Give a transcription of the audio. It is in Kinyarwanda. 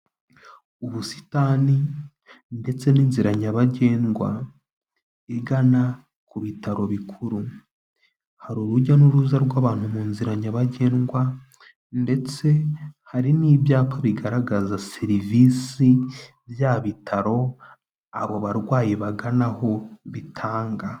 Ubusitani ndetse n'inzira nyabagendwa igana ku bitaro bikuru, hari urujya n'uruza rw'abantu mu nzira nyabagendwa, ndetse hari n'ibyapa bigaragaza serivisi bya bitaro abo barwayi bagana aho bitanga.